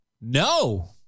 No